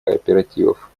кооперативов